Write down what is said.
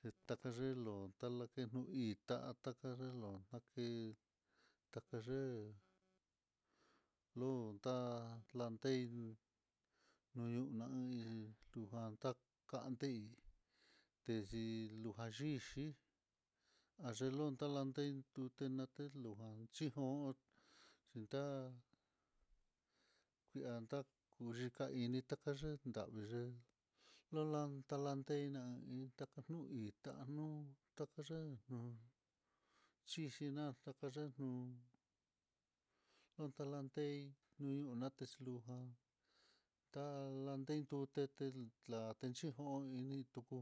yii te kayen lonta, lakeno híta takelon ndantí, takaye lonta lanten nuyunaí, lanta kantéi texhi luka yixhí, ayelonta lantei tu'u tutelan telujan chí no'o xhintá lita kuxhika ini, takanye yavii yé'e yolan talanteinán híta nuu itá anuu takaye'e nun chixhina takaye jun lunta lanteí niu late xhinuja tá lantei tutetel la atencion ini tuku.